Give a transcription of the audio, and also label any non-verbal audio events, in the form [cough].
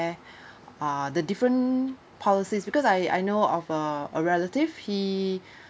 uh the different policies because I I know of uh a relative he [breath]